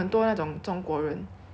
like from what I hear from my